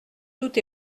tout